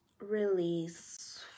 release